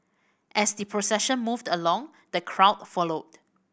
as the procession moved along the crowd followed